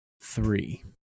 Three